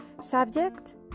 Subject